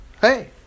Hey